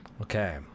Okay